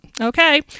okay